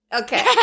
Okay